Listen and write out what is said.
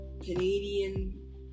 Canadian